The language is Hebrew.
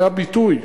זה הביטוי,